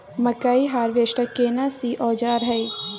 मकई हारवेस्टर केना सी औजार हय?